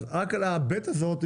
אז רק על הבי"ת הזאת,